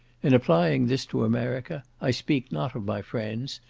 in applying this to america, i speak not of my friends,